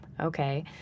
okay